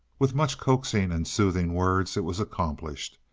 with much coaxing and soothing words it was accomplished,